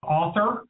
author